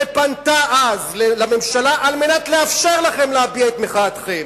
ופנתה אז אל הממשלה על מנת לאפשר לכם להביע את מחאתכם.